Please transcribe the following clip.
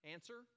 Answer